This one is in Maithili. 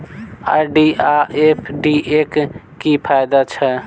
आर.डी आ एफ.डी क की फायदा छै?